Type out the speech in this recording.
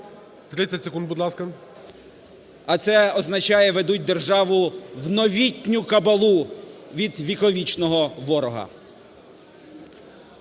30 секунд, будь ласка. БЕРЕЗЮК О.Р. А це означає: ведуть державу в новітню кабалу від віковічного ворога.